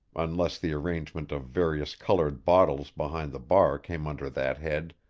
unless the arrangement of various-colored bottles behind the bar came under that head,